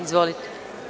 Izvolite.